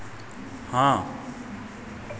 हाँ